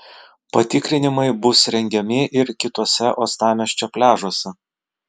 patikrinimai bus rengiami ir kituose uostamiesčio pliažuose